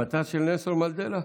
גם אתה של נלסון מנדלה?